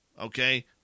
okay